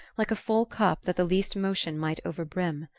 like a full cup that the least motion might overbrim.